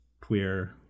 queer